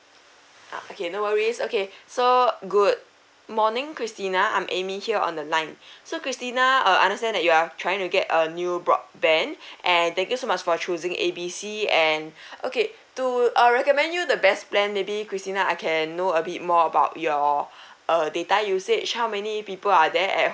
ah okay no worries okay so good morning christina I'm amy here on the line so christina uh understand that you are trying to get a new broadband and thank you so much for choosing A B C and okay to I'll recommend you the best plan maybe christine I can know a bit more about your uh data usage how many people are there at